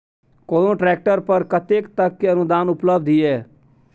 कोनो ट्रैक्टर पर कतेक तक के अनुदान उपलब्ध ये?